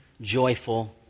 joyful